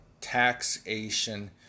taxation